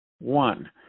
One